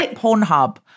Pornhub